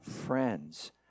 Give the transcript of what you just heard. Friends